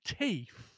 teeth